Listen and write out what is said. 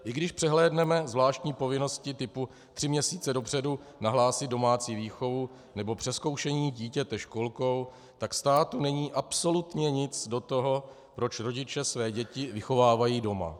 I když přehlédneme zvláštní povinnosti typu tři měsíce dopředu nahlásit domácí výchovu nebo přezkoušení dítěte školkou, tak státu není absolutně nic do toho, proč rodiče své děti vychovávají doma.